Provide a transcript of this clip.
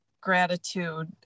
gratitude